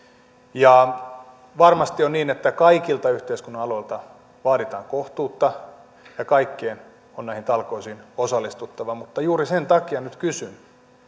varmasti on niin että kaikilta yhteiskunnan aloilta vaaditaan kohtuutta ja kaikkien on näihin talkoisiin osallistuttava mutta juuri sen takia nyt kysyn